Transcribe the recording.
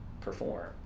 perform